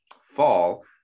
fall